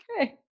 okay